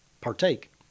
partake